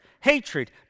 hatred